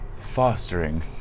fostering